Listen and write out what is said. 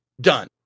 done